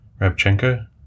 Rabchenko